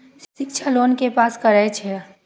शिक्षा लोन के पास करें छै?